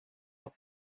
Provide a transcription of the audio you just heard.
auf